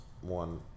one